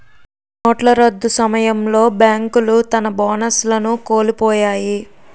నోట్ల రద్దు సమయంలో బేంకులు తన బోనస్లను కోలుపొయ్యాయి